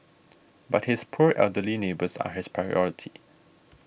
but his poor elderly neighbours are his priority